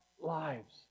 lives